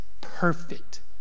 perfect